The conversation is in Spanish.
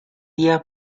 día